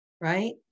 right